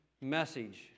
message